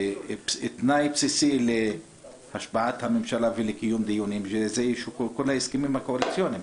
ותנאי בסיסי להשבעת הממשלה ולקיום דיונים זה כל ההסכמים הקואליציוניים.